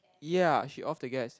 ya she off the gas